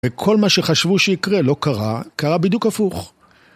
וכל מה שחשבו שיקרה לא קרה, קרה בדיוק הפוך.